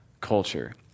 culture